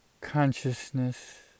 consciousness